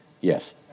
yes